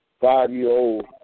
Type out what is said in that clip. Five-year-old